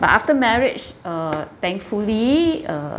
but after marriage uh thankfully uh